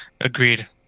agreed